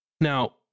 Now